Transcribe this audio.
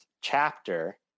chapter